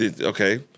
Okay